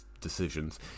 decisions